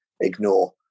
ignore